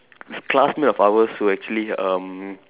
classmate of ours who actually um